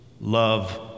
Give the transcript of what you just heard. Love